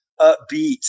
upbeat